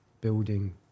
building